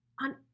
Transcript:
on